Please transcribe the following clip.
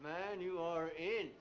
man you are in